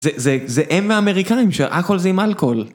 זה הם ואמריקאים, שהכל זה עם אלכוהול.